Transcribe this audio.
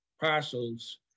parcels